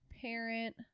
parent